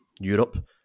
Europe